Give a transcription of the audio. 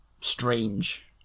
strange